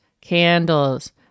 candles